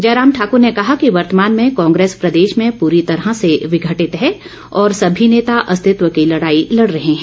जयराम ठाक्र ने कहा कि वर्तमान में कांग्रेस प्रदेश में पूरी तरह से विघटित है और सभी नेता अस्तित्व की लड़ाई लड़ रहे हैं